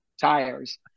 tires